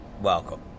welcome